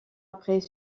après